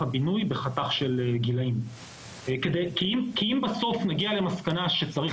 הבינוי בחתך של גילים כי אם בסוף נגיע למסקנה שצריך